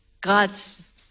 God's